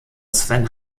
sven